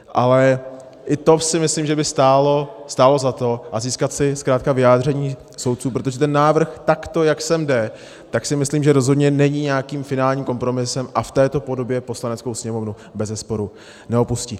Ale i to si myslím, že by stálo za to získat si zkrátka vyjádření soudců, protože ten návrh takto, jak sem jde, tak si myslím, že rozhodně není nějakým finálním kompromisem a v této podobě Poslaneckou sněmovnu bezesporu neopustí.